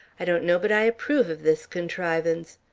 i don't know but i approve of this contrivance,